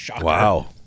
Wow